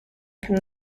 from